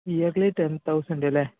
yearly ten thousand അല്ലെ